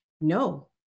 No